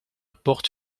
porte